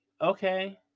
okay